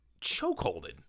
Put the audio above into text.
chokeholded